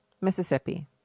Mississippi